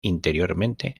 interiormente